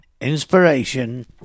Inspiration